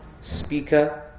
speaker